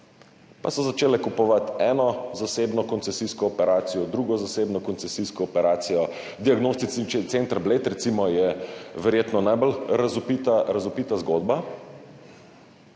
Pa so začele kupovati eno zasebno koncesijsko operacijo, drugo zasebno koncesijsko operacijo, diagnostični center Bled, recimo, je verjetno najbolj razvpita zgodba,